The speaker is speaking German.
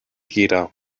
jeder